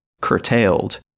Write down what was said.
curtailed